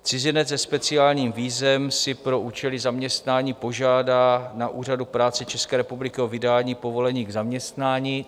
Cizinec se speciálním vízem si pro účely zaměstnání požádá na úřadu práce České republiky o vydání povolení k zaměstnání.